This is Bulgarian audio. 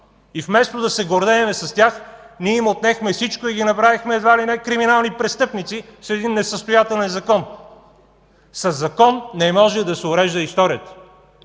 и вместо да се гордеем с тях ние им отнехме всичко и ги направихме едва ли не криминални престъпници с един несъстоятелен закон. Със закон не може да се урежда историята!